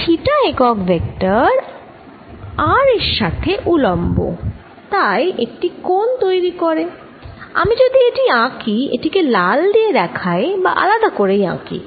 theta একক vector r সাথে উলম্ব তাই একটি কোণ তৈরি করে আমি এটি কে আঁকি এটি কে লাল দিয়ে দেখাই বা আলাদা করেই আঁকি